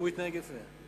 אם הוא יתנהג יפה.